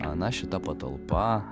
na šita patalpa